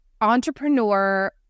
entrepreneur